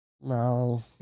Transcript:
No